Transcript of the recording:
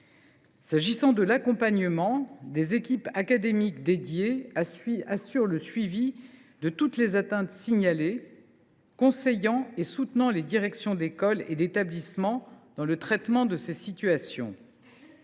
qui est de l’accompagnement, des équipes académiques spécifiques assurent le suivi de toutes les atteintes signalées, conseillant et soutenant les directions d’école et d’établissement dans le traitement de ces situations.